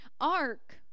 Ark